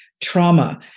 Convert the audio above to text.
trauma